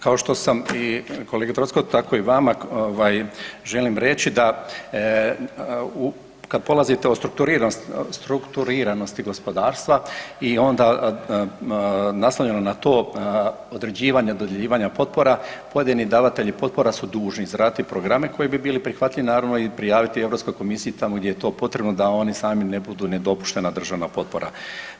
Kao što sam i kolegi Troskotu, tako i vama želim reći da kada polazite od strukturiranosti gospodarstva i onda naslonjeno na to određivanja, dodjeljivanja potpora pojedini davatelji potpora su dužni izraditi programe koji bi bili prihvatljivi, naravno i prijaviti Europskoj komisiji tamo gdje je to potrebno da oni sami ne budu nedopuštena državna potpora.